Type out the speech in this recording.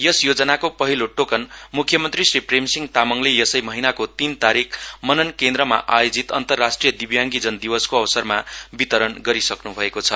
यस योजनाको पहिलो टोकन मुख्यमन्त्री श्री प्रेमसिंह तामाङले यसै महिनाको तीन तारिक मनन केन्द्रमा आयोजित अन्तरराष्ट्रिय दिव्याङगीजन दिवसको अवसरमा वितरण गरिसक्न् भएको छ